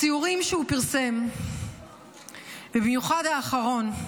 הציורים שהוא פרסם, במיוחד האחרון,